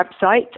website